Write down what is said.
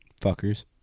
Fuckers